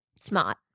Smart